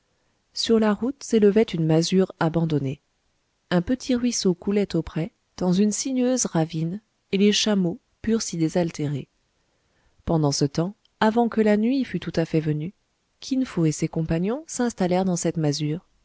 sur la route s'élevait une masure abandonnée un petit ruisseau coulait auprès dans une sinueuse ravine et les chameaux purent s'y désaltérer pendant ce temps avant que la nuit fût tout à fait venue kin fo et ses compagnons s'installèrent dans cette masure